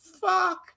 Fuck